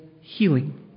healing